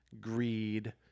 greed